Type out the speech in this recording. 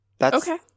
Okay